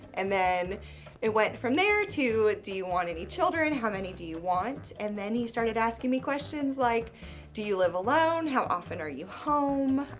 and then it went from there to do you want any children? how many do you want? and then he started asking me questions like do you live alone? how often are you home?